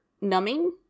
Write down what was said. numbing